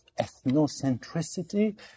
ethnocentricity